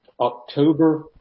October